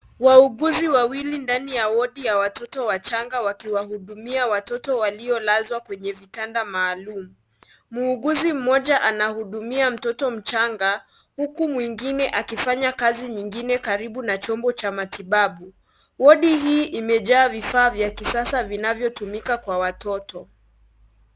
Wauguzi wawili ndani ya wodi ya watoto wachanga wakiwahudumia watoto waliolazwa kwenye vitanda maalumu. Muuguzi mmoja anahudumia mtoto mchanga, huku mwingine akifanya kazi nyingine karibu na chombo cha matibabu. Wodi hii imejaa vifaa vya kisasa vinavyotumika kwa watoto.